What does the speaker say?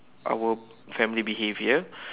our family behavior